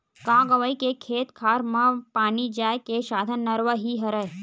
गाँव गंवई के खेत खार मन म पानी जाय के साधन नरूवा ही हरय